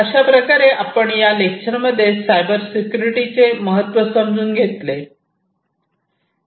अशाप्रकारे आपण या लेक्चरमध्ये सायबर सिक्युरिटीचे महत्त्व समजून घेतले आहे